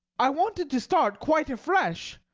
i wanted to start quite afresh.